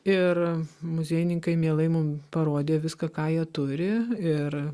ir muziejininkai mielai mum parodė viską ką jie turi ir